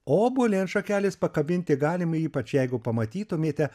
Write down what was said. obuolį ant šakelės pakabinti galima ypač jeigu pamatytumėte